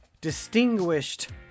distinguished